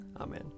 Amen